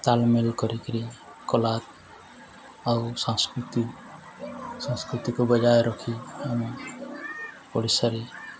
ତାଳମେଳ କରିକିରି କଳା ଆଉ ସଂସ୍କୃତି ସଂସ୍କୃତିକୁ ବଜାୟ ରଖି ଆମେ ଓଡ଼ିଶାରେ